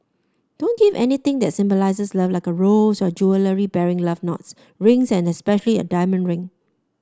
don't give anything that symbolises love like a rose or jewellery bearing love knots rings and especially a diamond ring